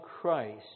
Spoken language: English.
Christ